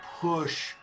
push